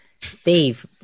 Steve